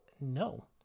no